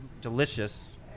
delicious